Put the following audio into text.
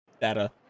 data